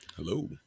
Hello